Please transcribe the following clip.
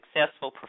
successful